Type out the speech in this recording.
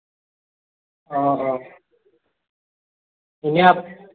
অ' অ' এনে